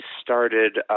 started